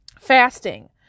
fasting